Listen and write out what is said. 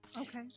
okay